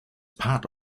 part